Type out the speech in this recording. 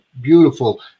beautiful